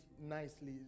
nicely